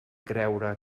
creure